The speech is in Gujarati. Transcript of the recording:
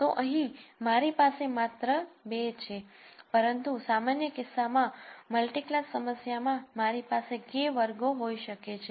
તો અહીં મારી પાસે માત્ર 2 છે પરંતુ સામાન્ય કિસ્સામાં મલ્ટિક્લાસ સમસ્યા માં મારી પાસે K વર્ગો હોઈ શકે છે